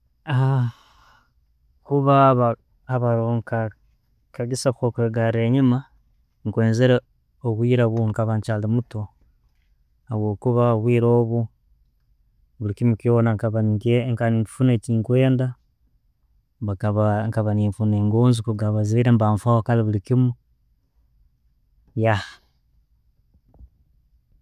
Kuba ba- abaraho nka akagisa ko kwegara enjuma nkwezere obwire bwenkaba nkyali muto habwokuba obwire obwo buli kimu kyona nkaba nenkufuna ekirinkwenda. Nkaba nenfuna engoozi kuruga mubazaire nebanfaho kale buli kimu.